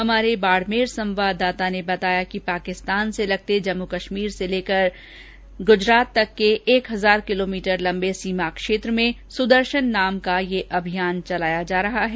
हमारे बाड़मेर संवाददाता ने बताया कि पाकिस्तान से लगते जम्मू कश्मीर से लेकर ग्जरात तक एक हजार किलोमीटर लम्बे सीमा क्षेत्र में सुदर्शन नाम का ये अभियान चलाया जा रहा है